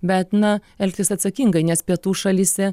bet na elgtis atsakingai nes pietų šalyse